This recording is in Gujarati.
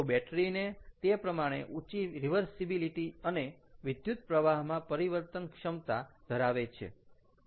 તો બેટરી તે પ્રમાણે ઉચી રિવરસીબીલીટી અને વિદ્યુતપ્રવાહમાં પરિવર્તનક્ષમતા ધરાવે છે